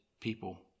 people